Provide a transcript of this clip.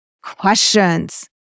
questions